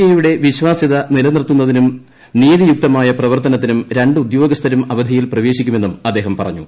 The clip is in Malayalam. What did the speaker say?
ഐയുടെ വിശ്വാസ്യത നിലനിർത്തുന്നതിനും നീതിയുക്തമായ പ്രവർത്തനത്തിനും രണ്ട് ഉദ്യോഗസ്ഥരും അവധിയിൽ പ്രവേശിക്കുമെന്നും അദ്ദേഹം പറഞ്ഞു